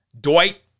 Dwight